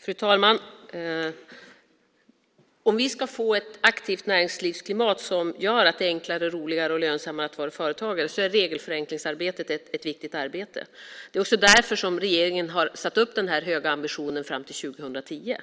Fru talman! Om vi ska få ett aktivt näringslivsklimat som gör det enklare, roligare och lönsammare att vara företagare är regelförenklingsarbetet ett viktigt arbete. Det är också därför som regeringen har denna höga ambition fram till 2010.